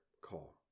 call